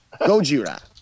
Gojira